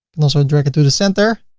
and also drag it to the center